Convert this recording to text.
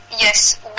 Yes